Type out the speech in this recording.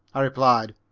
i replied.